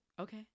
okay